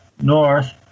north